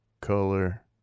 color